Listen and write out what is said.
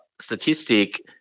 statistic